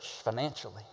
financially